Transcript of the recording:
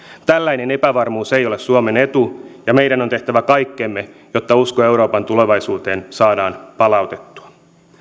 tällainen epävarmuus ei ole suomen etu ja meidän on tehtävä kaikkemme jotta usko euroopan tulevaisuuteen saadaan palautettua